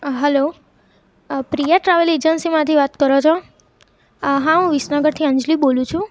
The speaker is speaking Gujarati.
હલો પ્રિયા ટ્રાવેલ એજન્સીમાંથી વાત કરો છો હા હું વિસનગરથી અંજલી બોલું છું